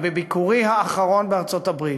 בביקורי האחרון בארצות-הברית,